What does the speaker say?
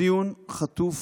בדיון חטוף